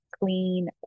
clean